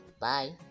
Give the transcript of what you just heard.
Bye